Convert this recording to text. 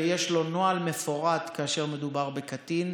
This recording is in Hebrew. ויש לו נוהל מפורט כאשר מדובר בקטין,